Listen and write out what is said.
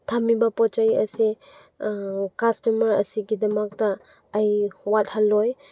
ꯊꯝꯃꯤꯕ ꯄꯣꯠ ꯆꯩ ꯑꯁꯦ ꯀꯁꯇꯃꯔ ꯑꯁꯤꯒꯤꯗꯃꯛꯇ ꯑꯩ ꯋꯥꯠꯍꯜꯂꯣꯏ